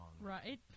Right